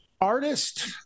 artist